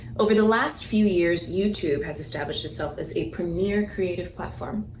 over the last few years youtube has established itself as a premier creative platform.